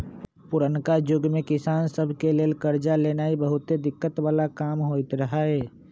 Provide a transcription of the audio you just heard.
पुरनका जुग में किसान सभ के लेल करजा लेनाइ बहुते दिक्कत् बला काम होइत रहै